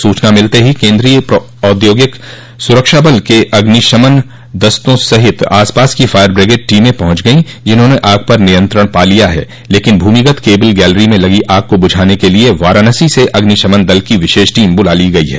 सूचना मिलते ही केन्द्रीय औद्योगिक सूरक्षाबल के अग्निशमन दस्तों सहित आसपास की फायर ब्रिगेड टीमें पहुंच गई जिन्होंने आग पर नियंत्रण पा लिया है लेकिन भूमिगत केबिल गैलरी में लगी आग को बुझाने के लिए वाराणसी से अग्निशमन दल की विशेष टीम बुला ली गई है